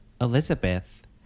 Elizabeth